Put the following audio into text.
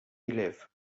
élève